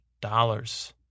dollars